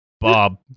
Bob